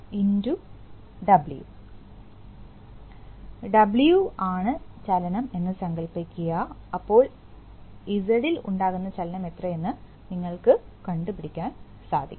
abW W ആണ് ചലനം എന്ന് സങ്കൽപ്പിക്കുക അപ്പോൾ Z ഇൽ ഉണ്ടാക്കുന്ന ചലനം എത്രയെന്ന് നിങ്ങൾക്ക് കണ്ടുപിടിക്കാൻ സാധിക്കും